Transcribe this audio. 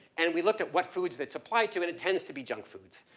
and we look at what foods that's apply to it, it tends to be junk foods.